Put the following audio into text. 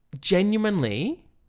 genuinely